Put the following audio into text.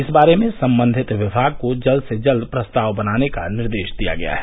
इस बारे में संबंधित विमाग को जल्द से जल्द प्रस्ताव बनाने का निर्देश दिया गया है